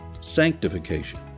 Sanctification